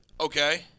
okay